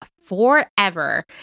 forever